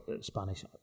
Spanish